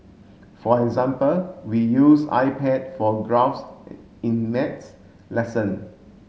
for example we use iPad for graphs in maths lesson